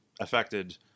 affected